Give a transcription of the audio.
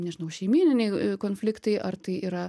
nežinau šeimyniniai konfliktai ar tai yra